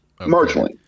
marginally